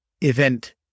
event